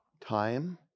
time